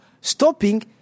stopping